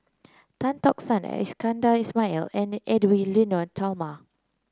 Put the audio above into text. Tan Tock San Iskandar Ismail and Edwy Lyonet Talma